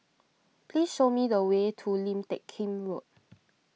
please show me the way to Lim Teck Kim Road